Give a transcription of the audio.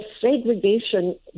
segregation